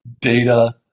data